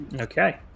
Okay